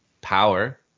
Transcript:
power